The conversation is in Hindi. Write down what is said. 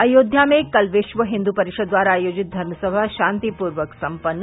अयोध्या में कल विश्व हिन्दू परिषद द्वारा आयोजित धर्मसभा शांतिपूर्वक सम्पन्न